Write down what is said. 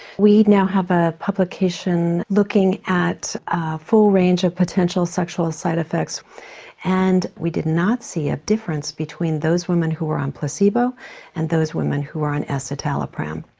we now have a publication looking at a full range of potential sexual side effects and we did not see a difference between those women who are on placebo and those women who are on escitalopram.